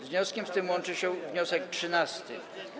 Z wnioskiem tym łączy się wniosek 13.